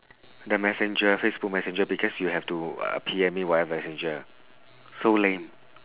the messenger facebook messenger because you have to uh P_M me via messenger so lame